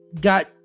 got